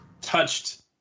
touched